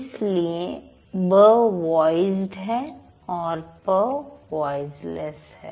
इसलिए ब वॉइसड है और प वॉइसलेस है